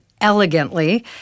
elegantly